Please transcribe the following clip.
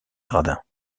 gradins